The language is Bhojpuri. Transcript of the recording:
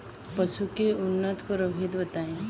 पशु के उन्नत प्रभेद बताई?